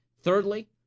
Thirdly